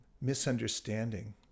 misunderstanding